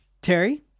Terry